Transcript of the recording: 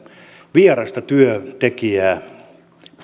vierasta työntekijää